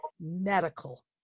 medical